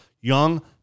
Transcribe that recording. young